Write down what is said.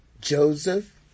Joseph